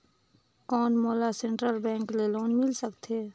कौन मोला central bank ले लोन मिल सकथे?